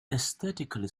aesthetically